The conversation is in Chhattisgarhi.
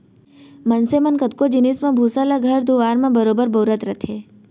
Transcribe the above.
मनसे मन कतको जिनिस म भूसा ल घर दुआर म बरोबर बउरत रथें